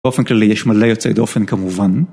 באופן כללי, יש מלא יוצאי דופן כמובן.